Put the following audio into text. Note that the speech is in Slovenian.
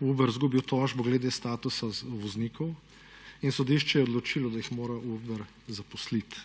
Ubir izgubil tožbo glede statusa voznikov in sodišče je odločilo, da jih mora Uber zaposliti.